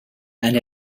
and